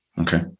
Okay